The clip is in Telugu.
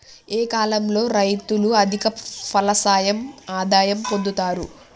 ఏ కాలం లో రైతులు అధిక ఫలసాయం ఆదాయం పొందుతరు?